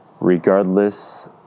Regardless